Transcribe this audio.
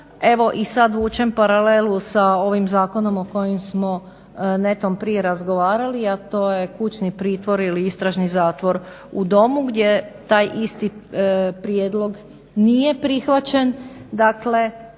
Evo i sad vučem paralelu sa ovim zakonom o kojem smo netom prije razgovarali, a to je kućni pritvor ili istražni zatvor u domu gdje taj isti prijedlog nije prihvaćen,